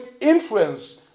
influence